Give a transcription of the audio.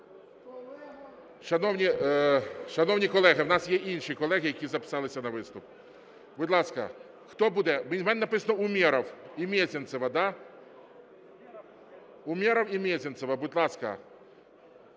Шановні колеги, в нас є інші колеги, які записалися на виступ. Будь ласка, хто буде? У мене написано – Умєров і Мезенцева. Да? Умєров і Мезенцева, будь ласка.